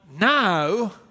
now